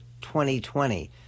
2020